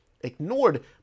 ignored